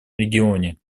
регионе